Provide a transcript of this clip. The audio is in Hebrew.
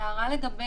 יש לי הערה לגבי